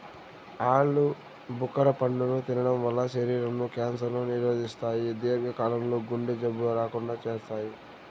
ఆలు భుఖర పండును తినడం వల్ల శరీరం లో క్యాన్సర్ ను నిరోధిస్తాయి, దీర్ఘ కాలం లో గుండె జబ్బులు రాకుండా చేత్తాయి